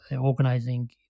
organizing